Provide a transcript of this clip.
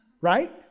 right